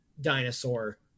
dinosaur